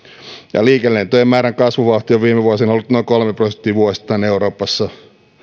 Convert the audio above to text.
ja liikelentojen määrän kasvuvauhti on viime vuosina ollut noin kolme prosenttia vuosittain euroopassa